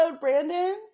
Brandon